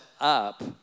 up